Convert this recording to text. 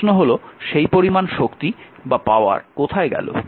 প্রশ্ন হল সেই পরিমান শক্তি কোথায় গেল